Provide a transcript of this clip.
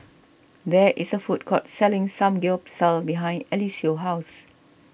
there is a food court selling Samgyeopsal behind Eliseo's house